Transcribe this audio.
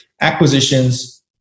acquisitions